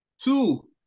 Two